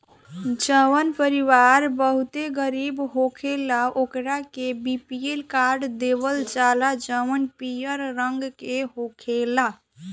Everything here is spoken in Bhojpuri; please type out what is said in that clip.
जवन परिवार बहुते गरीब होखेला ओकरा के बी.पी.एल कार्ड देवल जाला जवन पियर रंग के होखेला